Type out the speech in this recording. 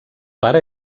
pare